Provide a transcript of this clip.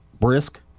brisk